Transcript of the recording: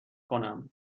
کنم